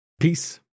Peace